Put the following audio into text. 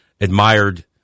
admired